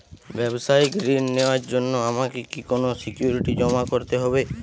ব্যাবসায়িক ঋণ নেওয়ার জন্য আমাকে কি কোনো সিকিউরিটি জমা করতে হবে?